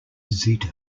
zeta